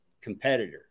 competitor